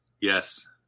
Yes